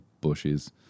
bushes